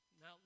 Now